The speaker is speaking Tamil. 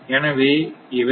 எனவே இவை மாறும்